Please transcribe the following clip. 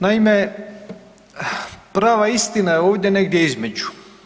Naime, prava istina je ovdje negdje između.